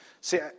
See